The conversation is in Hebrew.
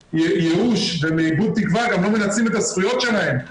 מייאוש ומאיבוד תקווה גם לא מנצלים את הזכויות שלהם.